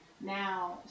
Now